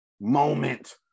moment